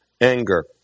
Anger